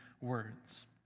words